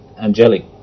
angelic